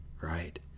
right